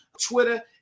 Twitter